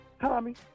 Tommy